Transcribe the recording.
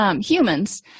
Humans